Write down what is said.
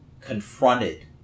confronted